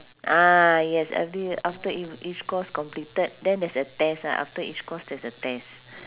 ah yes every after ea~ each course completed then there's a test ah after each course there's a test